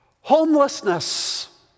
Homelessness